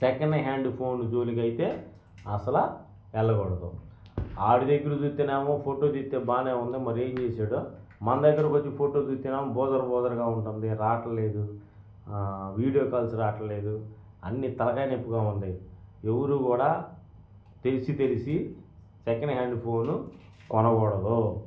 second hand phone జోలికైతే అసలు వెళ్ళకూడదు వాడి దగ్గర చూస్తేనేమో ఫోటో తీస్తే బాగానే ఉంది మరి ఏం చేశాడో మన దగ్గరకి వచ్చి ఫోటో చూస్తేనేమో బోజర బోజరగా ఉంటుంది రావడంలేదు వీడియో కాల్స్ రావడంలేదు అన్ని తలకాయ నొప్పుగా ఉంది ఎవరూ కూడా తెలిసి తెలిసి సెకండ్ హ్యాండ్ ఫోను కొనకూడదు